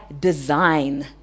design